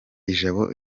ijabo